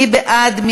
מי בעד?